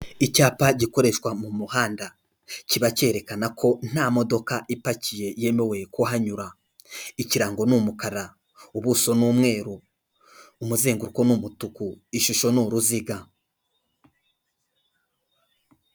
Icyapa gikoreshwa mu muhanda, kiba cyerekana ko nta modoka ipakiye yemewe kuhanyura, ikirango ni umukara, ubuso ni umweru, umuzenguruko ni umutuku, ishusho ni uruziga.